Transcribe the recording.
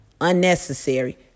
unnecessary